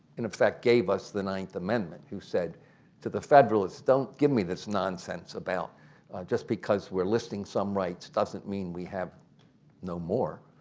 in effect, gave us the ninth amendment who said to the federalists, don't give me this nonsense about just because we're listing some rights doesn't mean we have no more.